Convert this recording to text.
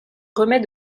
remet